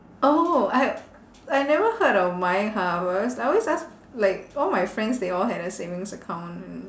oh I I never heard of my half I always I always ask like all my friends they all had a savings account and